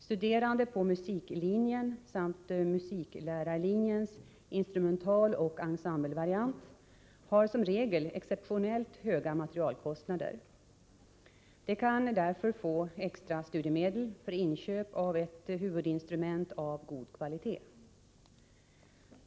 Studerande på musiklinjen samt musiklärarlinjens instrumentaloch ensemblevariant har som regel exceptionellt höga materialkostnader. De kan därför få extra studiemedel för inköp av ett huvudinstrument av god kvalitet.